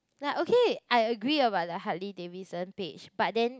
ya okay I agree about the Harley Davidson page but then